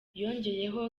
yongeyeho